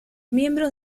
miembros